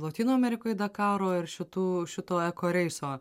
lotynų amerikoj dakaro ir šitų šito eko reiso